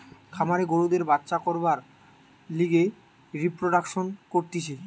খামারে গরুদের বাচ্চা করবার লিগে রিপ্রোডাক্সন করতিছে